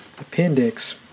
appendix